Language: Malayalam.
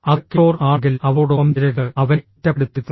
അത് കിഷോർ ആണെങ്കിൽ അവളോടൊപ്പം ചേരരുത് അവനെ കുറ്റപ്പെടുത്തരുത്